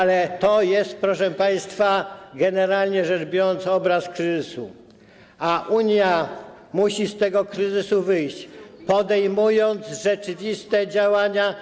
Ale to jest, proszę państwa, generalnie rzecz biorąc, obraz kryzysu, a Unia musi z tego kryzysu wyjść, podejmując rzeczywiste działania.